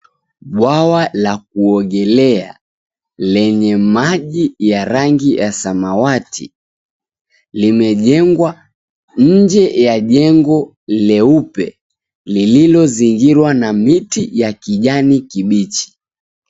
Bwawa la kuogelea lenye maji ya rangi ya samawati, limejengwa nje ya jengo leupe lililozingirwa na miti ya kijani kibichi.